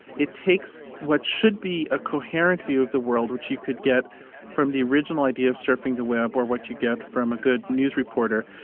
it takes what should be a coherent view of the world, which you could get from the original idea of surfing the web or what you get from a good news reporter,